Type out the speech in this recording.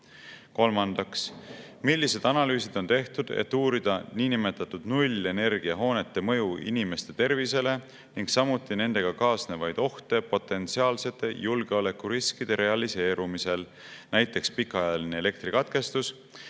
Kolmandaks, millised analüüsid on tehtud, et uurida niinimetatud nullenergiahoonete mõju inimeste tervisele ning samuti nendega kaasnevaid ohte potentsiaalsete julgeolekuriskide realiseerumisel, näiteks pikaajaline elektrikatkestus,